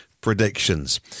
predictions